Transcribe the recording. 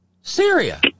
Syria